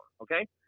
okay